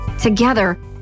Together